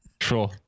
Sure